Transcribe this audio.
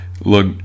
Look